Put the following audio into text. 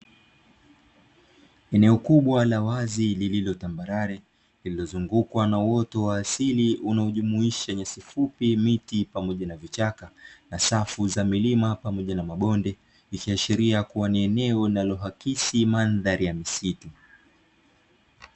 Eneo kubwa la uwazi lililotambarare lililozungukwa na uoto wa asili, unaojumuisha nyasi fupi, miti, pamoja na vichaka na safu za milima, pamoja na mabonde. Likiashiria kuwa ni eneo linalohakisi mandhari ya misitu.